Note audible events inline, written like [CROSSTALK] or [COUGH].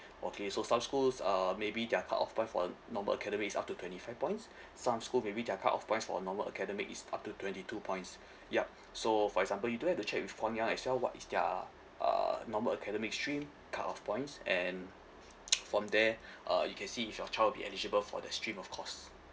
okay so some schools uh maybe their cutoff point for a normal academic is up to twenty five points some school maybe their cutoff points for a normal academic is up to twenty two points yup so for example you do have to check with guangyang as well what is their uh normal academic stream cutoff points and [NOISE] from there [BREATH] uh you can see if your child will be eligible for the stream of course